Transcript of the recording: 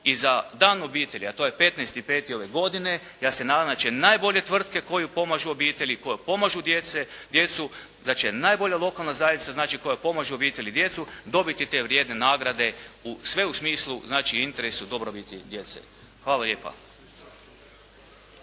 i za Dan obitelji a to je 15.5. ove godine ja se nadam da će najbolje tvrtke koje pomažu obitelji, koje pomažu djecu, da će najbolja lokalna zajednica koja pomaže obitelj i djecu dobiti te vrijedne nagrade sve u smislu i interesu i dobrobiti djece. Hvala lijepa.